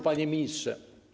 Panie Ministrze!